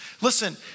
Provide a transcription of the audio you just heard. Listen